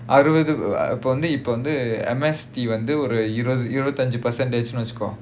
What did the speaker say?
அறுவது இப்போ வந்து இப்போ வந்து ஒரு இருவது இறுதி அஞ்சி:aruvathu ippo vanthu ippo vanthu oru iruvathu iruvathi anji percentage னு வெச்சிக்கோ:nu vechikko